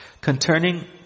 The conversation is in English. Concerning